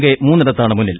K മൂന്നിടത്താണ് മുന്നിൽ